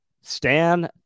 Stan